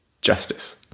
justice